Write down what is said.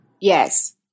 Yes